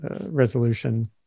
resolution